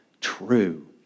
true